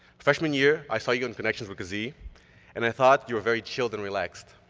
freshman year, i saw you on connections with kazee and i thought you were very chilled and relaxed.